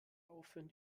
aufhören